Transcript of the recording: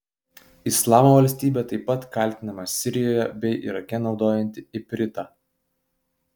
islamo valstybė taip pat kaltinama sirijoje bei irake naudojanti ipritą